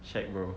shag bro